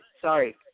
Sorry